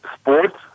sports